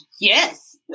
Yes